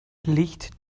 licht